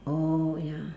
oh ya